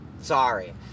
Sorry